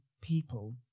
people